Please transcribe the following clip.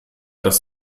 das